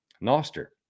Noster